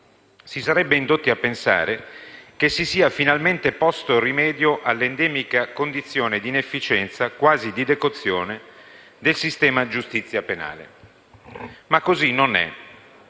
Si sarebbe indotti a pensare che si sia finalmente posto rimedio all'endemica condizione di inefficienza, quasi di decozione, del sistema della giustizia penale. Ma così non è;